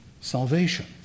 salvation